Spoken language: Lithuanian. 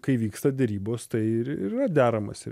kai vyksta derybos tai ir ir yra deramasi